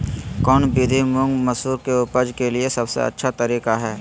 कौन विधि मुंग, मसूर के उपज के लिए सबसे अच्छा तरीका है?